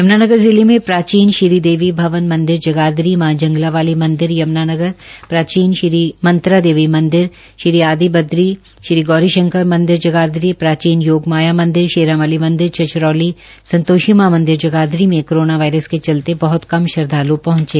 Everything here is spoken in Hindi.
यमुनानगर जिले में प्राचीन श्री देवी भवन मंदिर जगाधरी मां जंगलावाली मंदिर यमुनानगर प्राचीन श्री मंत्रा देवी मंदिर श्री आदीबद्री प्राचीन श्री गोरी शकर मंदिर जगाधरी प्राचीन योग माया मंदिर शेरांवाली मंदिर छछरौली संतोषी मां मंदिर जगाधरी में कोरोना के चलते बह्त कम श्रद्धालु पहूंचे